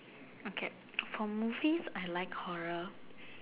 okay for movies I like horror